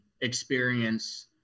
experience